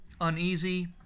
uneasy